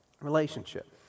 Relationship